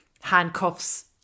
handcuffs